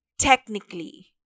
Technically